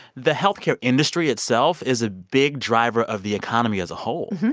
the health care industry itself is a big driver of the economy as a whole.